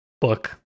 book